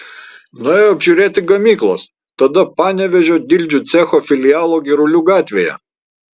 nuėjo apžiūrėti gamyklos tada panevėžio dildžių cecho filialo girulių gatvėje